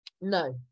No